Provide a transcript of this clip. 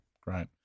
Great